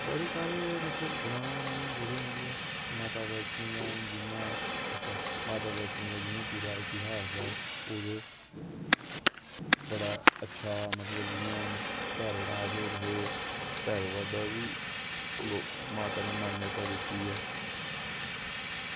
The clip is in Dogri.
बड़े सारे ग्रांऽ न जेह्ड़े मतलब माता वैष्णो दा जियां माता वैष्णो दा जियां पूरा इतिहास ऐ ओह् ते बड़ा अच्छा मतलब जियां हून भैरो नाथ होर हे भैरो बाबा गी माता नै मान्यता दित्ती ऐ